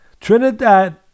Trinidad